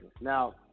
Now